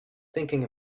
thinking